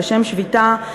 בשם "שביתה",